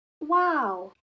wow